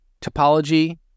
topology